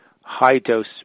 high-dose